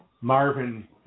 Marvin